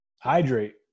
Hydrate